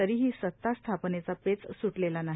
तरीही सता स्थापनेचा पेच सुटलेला नाही